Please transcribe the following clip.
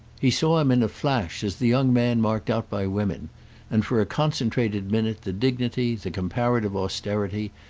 he saw him in a flash as the young man marked out by women and for a concentrated minute the dignity, the comparative austerity,